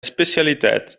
specialiteit